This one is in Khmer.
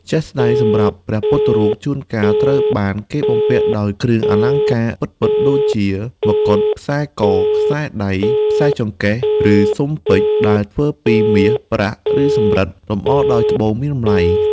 ជាក់ស្ដែង សម្រាប់ព្រះពុទ្ធរូប ជួនកាលត្រូវបានគេបំពាក់ដោយគ្រឿងអលង្ការពិតៗ ដូចជា មកុដ ខ្សែក ខ្សែដៃ ខ្សែចង្កេះ ឬស៊ុមពេជ្រ ដែលធ្វើពីមាស ប្រាក់ ឬសំរឹទ្ធ លម្អដោយត្បូងមានតម្លៃ។